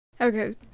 Okay